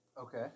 Okay